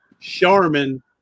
Charmin